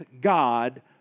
God